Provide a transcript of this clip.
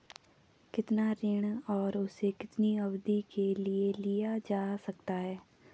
कितना ऋण और उसे कितनी अवधि के लिए लिया जा सकता है?